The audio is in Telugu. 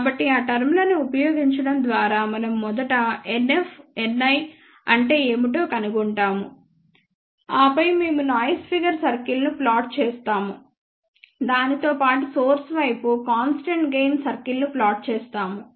కాబట్టి ఆ టర్మ్ లను ఉపయోగించడం ద్వారా మనం మొదట N i అంటే ఏమిటో కనుగొంటాము ఆపై మేము నాయిస్ ఫిగర్ సర్కిల్లను ప్లాట్ చేస్తాము దానితో పాటు సోర్స్ వైపు కాన్స్టెంట్ గెయిన్ సర్కిల్ను ప్లాట్ చేస్తాము